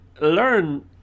learn